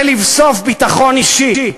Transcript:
ולבסוף, ביטחון אישי.